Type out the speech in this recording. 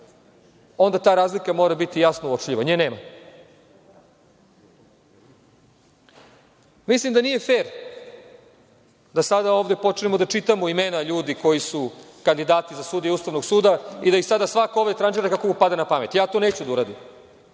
onda ta razlika mora biti jasno uočljiva. NJe nema. Mislim da nije fer da sada počnemo da čitamo imena ljudi koji su kandidati za sudije Ustavnog suda i da ih sada svako ovde tranžira kako mu padne na pamet. Ja to neću da uradim.